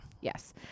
Yes